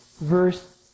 verse